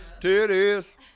titties